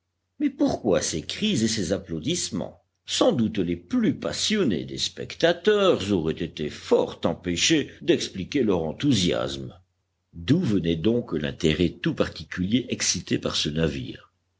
mais pourquoi ces cris et ces applaudissements sans doute les plus passionnés des spectateurs auraient été fort empêchés d'expliquer leur enthousiasme d'où venait donc l'intérêt tout particulier excité par ce navire